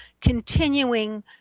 continuing